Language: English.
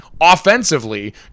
offensively